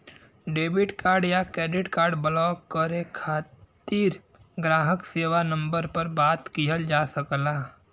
debit card या credit card block करे खातिर ग्राहक सेवा नंबर पर बात किहल जा सकला